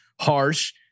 harsh